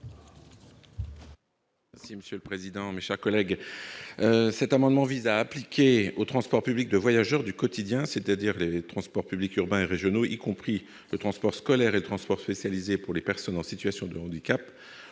parole est à M. Antoine Lefèvre. Cet amendement vise à étendre aux transports publics de voyageurs du quotidien, c'est-à-dire aux transports publics urbains et régionaux, y compris les transports scolaires et les transports spécialisés pour les personnes en situation de handicap,